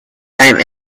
time